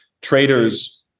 traders